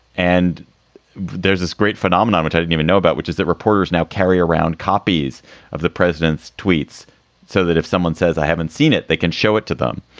and there's this great phenomenon which i didn't even know about, which is that reporters now carry around copies of the president's tweets so that if someone says i haven't seen it, they can show it to them.